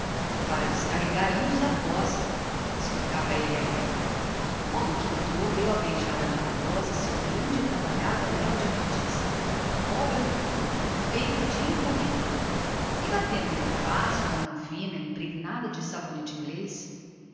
para descarregar anos da costa explicava ele a rir logo que entrou deu a beijar a ana rosa o seu grande e trabalhado anel de ametista obra do porto feita de encomenda e batendo-lhe na face com a mão fina e impregnada de sabonete